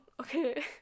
okay